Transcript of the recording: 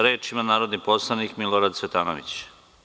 Reč ima narodni poslanik Milorad Cvetanović.